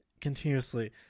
continuously